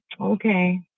okay